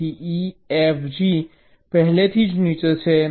તેથી E F G પહેલેથી જ નીચે છે